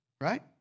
Right